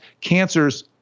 cancers